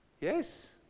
Yes